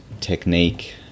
technique